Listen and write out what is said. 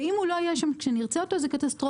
ואם הוא לא יהיה שם כשנרצה אותו, זאת קטסטרופה.